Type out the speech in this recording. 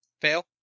Fail